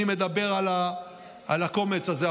אני מדבר על הקומץ הזה.